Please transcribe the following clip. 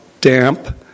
damp